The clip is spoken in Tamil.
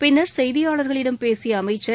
பின்னர் செய்தியாளர்களிடம் பேசிய அமைச்சர்